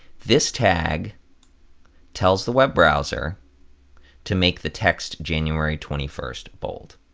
this tag tells the web browser to make the text january twenty first bold.